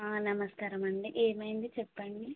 నమస్కారం అండి ఏమైంది చెప్పండి